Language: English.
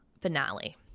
finale